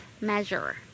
measure